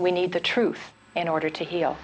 we need the truth in order to he